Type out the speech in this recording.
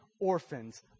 orphans